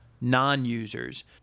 non-users